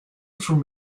from